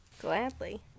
Gladly